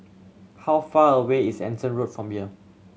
how far away is Anson Road from here